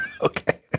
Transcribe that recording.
okay